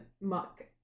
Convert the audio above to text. muck